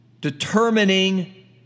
determining